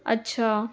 अछा